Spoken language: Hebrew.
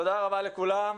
תודה רבה לכולם.